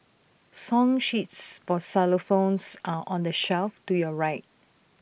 song sheets for xylophones are on the shelf to your right